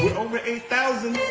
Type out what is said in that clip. over eight thousand